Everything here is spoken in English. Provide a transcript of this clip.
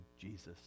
Jesus